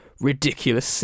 Ridiculous